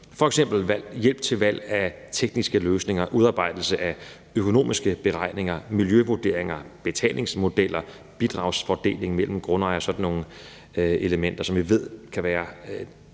f.eks. hjælp til valg af tekniske løsninger, udarbejdelse af økonomiske beregninger, miljøvurderinger, betalingsmodeller, bidragsfordelingen mellem grundejere og sådan nogle elementer, som vi ved kan være